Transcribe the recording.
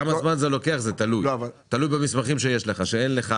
כמה זמן זה לוקח זה תלוי במסמכים שיש לעולה או שאין לו,